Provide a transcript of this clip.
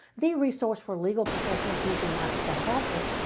the resource for legal professionals using microsoft office,